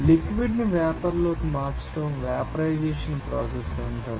liquid ని vapour లోకి మార్చడం వేపర్ రైజేషన్ ప్రాసెస్ అంటారు